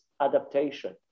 adaptation